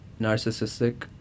narcissistic